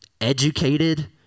educated